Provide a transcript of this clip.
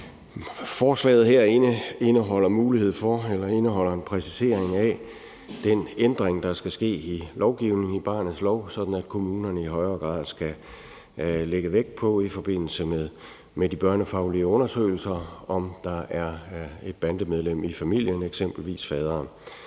Forslaget her indeholder en præcisering af den ændring, der skal ske i lovgivningen, barnets lov, sådan at kommunerne i forbindelse med de børnefaglige undersøgelser i højere grad skal lægge vægt på, om der er et bandemedlem i familien, eksempelvis faderen.